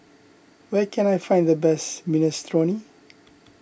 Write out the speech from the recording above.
where can I find the best Minestrone